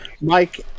Mike